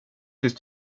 tills